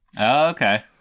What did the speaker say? Okay